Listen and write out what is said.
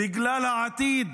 בגלל העתיד